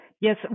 Yes